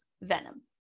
Venom